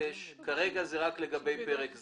כרגע זה רק לגבי פרק זה.